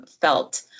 felt